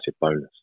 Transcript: bonus